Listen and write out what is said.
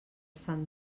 sant